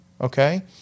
okay